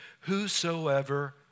whosoever